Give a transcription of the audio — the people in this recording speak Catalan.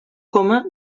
coma